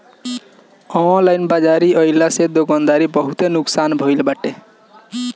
online बाजारी के आइला से दुकानदारी के बहुते नुकसान भईल बाटे